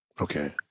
Okay